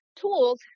tools